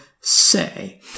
say